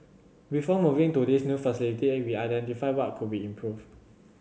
before moving to this new facility we identified what could be improved